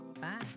Bye